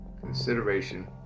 consideration